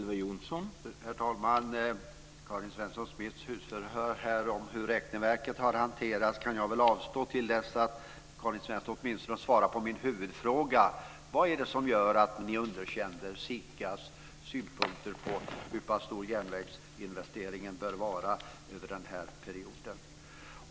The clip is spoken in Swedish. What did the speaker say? Herr talman! Karin Svensson Smiths husförhör om hur räkneverket har hanterats kan jag väl avstå från till dess att Karin Svensson Smith åtminstone svarar på min huvudfråga: Vad är det som gör att ni underkänner SIKA:s synpunkter på hur pass stor järnvägsinvesteringen bör vara över den här perioden?